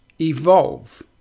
evolve